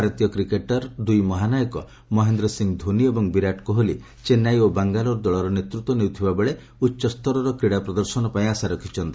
ଭାରତୀୟ କ୍ରିକେଟ୍ର ଦୁଇ ମହାନାୟକ ମହେନ୍ଦ୍ର ସିଂ ଧୋନି ଏବଂ ବିରାଟ କୋହଲି ଚେନ୍ନାଇ ଓ ବାଙ୍ଗାଲୋର ଦଳର ନେତୃତ୍ୱ ନେଉଥିବା ବେଳେ ଦର୍ଶକ ଉଚ୍ଚସ୍ତରର କ୍ରୀଡ଼ା ପ୍ରଦର୍ଶନ ପାଇଁ ଆଶା ରଖିଛନ୍ତି